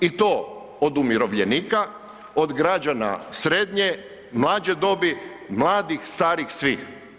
I to od umirovljenika, od građana srednje, mlađe dobi, mladih, starih, svih.